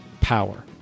power